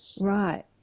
right